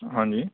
ہاں جی